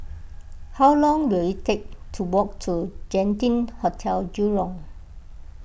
how long will it take to walk to Genting Hotel Jurong